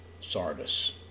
Sardis